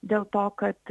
dėl to kad